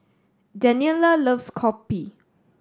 Daniela loves kopi